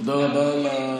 תודה רבה לשר,